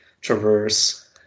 traverse